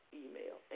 email